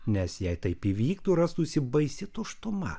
nes jei taip įvyktų rastųsi baisi tuštuma